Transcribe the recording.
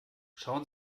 schauen